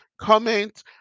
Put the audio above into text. Comment